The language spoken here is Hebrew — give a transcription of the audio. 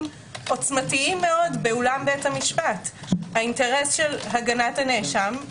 עוצמתיים מאוד באולם בית המשפט הגנת הנאשם,